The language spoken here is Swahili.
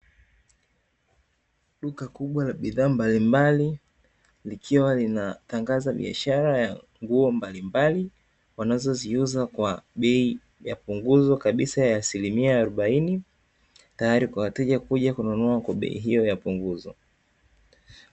Duka kubwa la bidhaa mbalimbali, likiwa linatangaza biashara ya nguo mbalimbali, wanazoziuza kwa bei ya punguzo kabisa la asilimia arobaini, tayari kwa wateja kuja kununua Kwa bei hiyo ya punguzo.